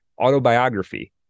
autobiography